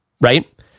right